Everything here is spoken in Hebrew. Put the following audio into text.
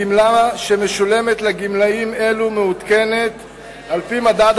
הגמלה שמשולמת לגמלאים אלו מעודכנת על-פי מדד